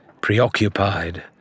preoccupied